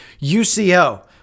UCO